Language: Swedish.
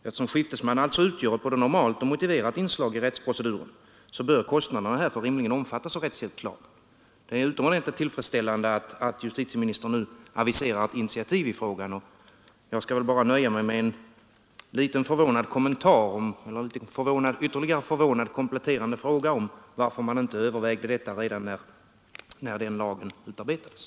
Eftersom skiftesman alltså utgör ett både normalt och motiverat inslag i rättsproceduren, bör kostnaderna därför rimligen omfattas av rättshjälpslagen. Det är utomordentligt tillfredsställande att justitieministern nu aviserar ett initiativ i frågan, och jag skall därför nöja mig med en förvånad, kompletterande fråga om varför man inte övervägde detta redan när lagen utarbetades.